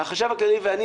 החשב הכללי ואני,